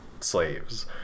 slaves